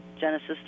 Genesis